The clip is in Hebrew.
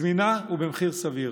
זמינה ובמחיר סביר.